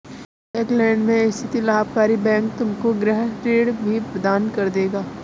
Auckland में स्थित लाभकारी बैंक तुमको गृह ऋण भी प्रदान कर देगा